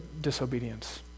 disobedience